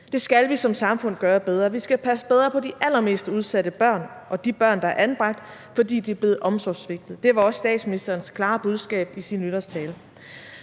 Det skal vi som samfund gøre bedre. Vi skal passe bedre på de allermest udsatte børn og de børn, der er anbragt, fordi de er blevet omsorgssvigtet. Det var også statsministerens klare budskab i sin nytårstale.